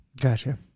Gotcha